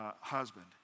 husband